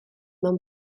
mewn